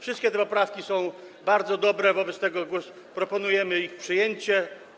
Wszystkie te poprawki są bardzo dobre, wobec tego proponujemy ich przyjęcie.